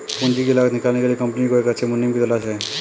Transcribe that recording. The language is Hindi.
पूंजी की लागत निकालने के लिए कंपनी को एक अच्छे मुनीम की तलाश है